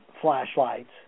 flashlights